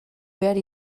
behar